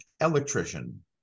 electrician